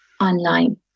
online